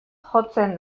jotzen